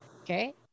Okay